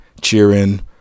cheering